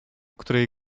której